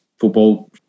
football